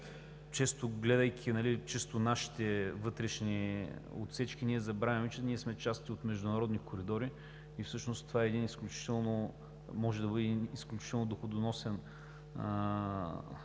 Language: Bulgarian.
често нашите вътрешни отсечки, ние забравяме, че сме част от международни коридори и всъщност това може да бъде един изключително доходоносен